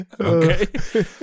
Okay